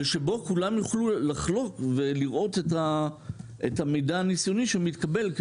ושבו כולם יוכלו לחלוק ולראות את המידע הניסיוני שמתקבל,